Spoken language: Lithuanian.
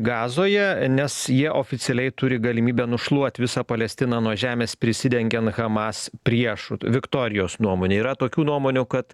gazoje nes jie oficialiai turi galimybę nušluot visą palestiną nuo žemės prisidengiant hamas priešu viktorijos nuomonė yra tokių nuomonių kad